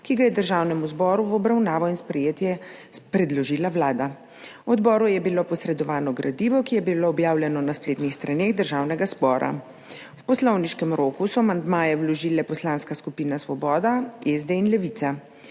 ki ga je Državnemu zboru v obravnavo in sprejetje predložila Vlada. Odboru je bilo posredovano gradivo, ki je bilo objavljeno na spletnih straneh Državnega zbora. V poslovniškem roku so amandmaje vložile poslanska skupina Svoboda, SD in Levica.